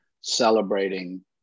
celebrating